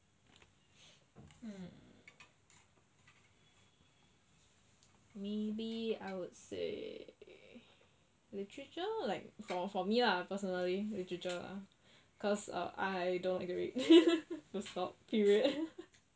mmhmm maybe I would say literature like for for me lah personally literature lah cause err I don't full stop period